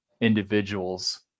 individuals